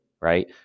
right